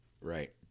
Right